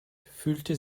fühlte